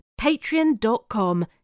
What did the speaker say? Patreon.com